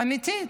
אמיתי.